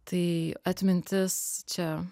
tai atmintis čia